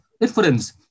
difference